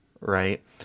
right